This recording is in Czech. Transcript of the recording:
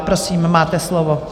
Prosím, máte slovo.